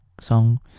song